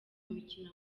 mikino